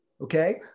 Okay